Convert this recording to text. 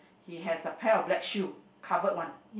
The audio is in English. he has a pair of black shoe covered one